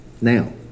Now